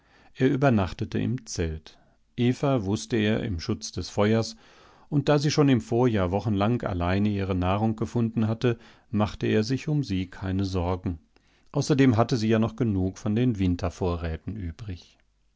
er übernachtete im zelt eva wußte er im schutz des feuers und da sie schon im vorjahr wochenlang allein ihre nahrung gefunden hatte machte er sich um sie keine sorgen außerdem hatte sie ja noch genug von den wintervorräten übrig